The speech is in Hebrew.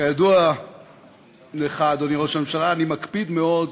כידוע לך, אדוני ראש הממשלה, אני מקפיד מאוד,